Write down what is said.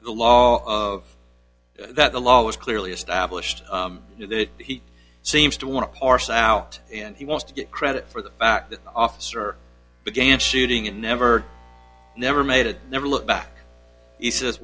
the law of that the law was clearly established he seems to want to parse out and he wants to get credit for the fact that officer began shooting in never never made it never look back he says